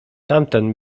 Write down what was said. tamten